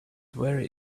very